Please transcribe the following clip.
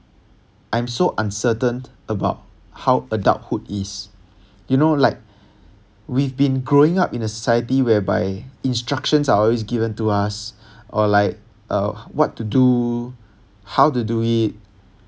I'm so uncertain about how adulthood is you know like we've been growing up in a society whereby instructions are always given to us or like uh what to do how to do it